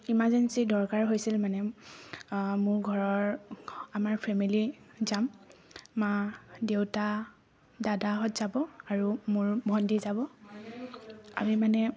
emergency দৰকাৰ হৈছিল মানে মোৰ ঘৰৰ আমাৰ ফেমিলি যাম মা দেউতা দাদাহঁত যাব আৰু মোৰ ভণ্টি যাব আমি মানে